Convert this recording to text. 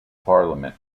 parliament